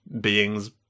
beings